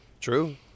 True